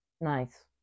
Nice